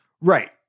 Right